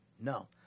No